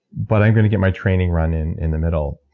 but i'm going to get my training run in in the middle.